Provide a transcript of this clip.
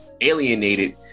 alienated